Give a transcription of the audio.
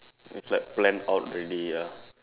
it's like planned out already ah